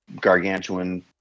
gargantuan